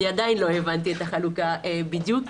עדיין לא הבנתי את החלוקה בדיוק,